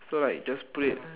so like just put it